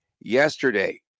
Yesterday